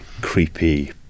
creepy